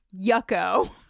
yucko